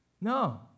No